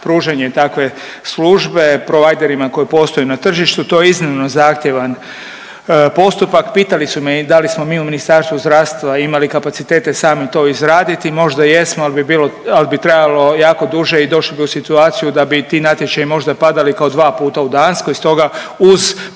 pružanje takve službe prowiderima koji postoje na tržištu. To je iznimno zahtjevan postupak. Pitali su me i da li smo mi u Ministarstvu zdravstva imali kapacitete sami to izraditi, možda jesmo ali bi bilo, ali bi trajalo jako duže i došli bi u situaciju da bi i ti natječaji možda padali kao dva puta u Danskoj. Stoga uz pomoć